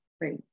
great